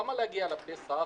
למה להגיע לפסח